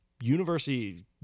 university